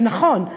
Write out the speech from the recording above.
זה נכון,